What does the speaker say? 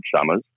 summers